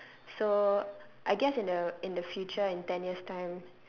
so I guess in the in the future in ten years time